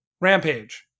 Rampage